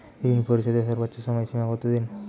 ঋণ পরিশোধের সর্বোচ্চ সময় সীমা কত দিন?